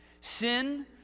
Sin